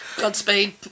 Godspeed